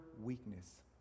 weakness